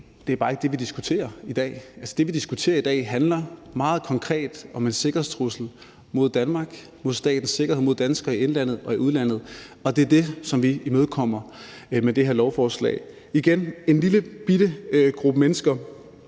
Det er bare ikke det, vi diskuterer i dag. Det, vi diskuterer i dag, handler meget konkret om, at der er en sikkerhedstrussel mod Danmark, mod statens sikkerhed og mod danskere i indlandet og i udlandet, og det er det, som vi imødekommer med det her lovforslag, altså igen fordi der er en lillebitte gruppe mennesker,